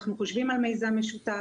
אנחנו חושבים על מיזם משותף,